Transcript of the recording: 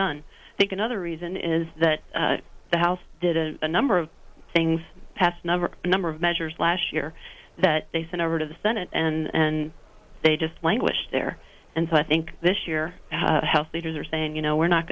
done i think another reason is that the house did a number of things past number number of measures last year that they sent over to the senate and they just languished there and so i think this year health leaders are saying you know we're not